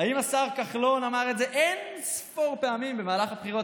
האם השר כחלון אמר את זה אין-ספור פעמים במהלך הבחירות